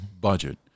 budget